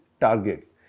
targets